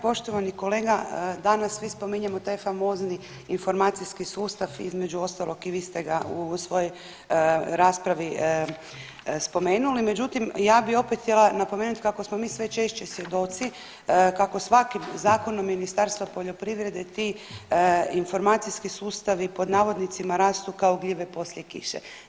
Poštovani kolega danas svi spominjemo taj famozni informacijski stava između ostalog i vi ste ga u svojoj raspravi spomenuli, međutim ja bi opet htjela napomenuti kako smo mi sve češće svjedoci kako svakim zakonom Ministarstva poljoprivrede ti informacijski sustavi pod navodnicima rastu kao gljive poslije kiše.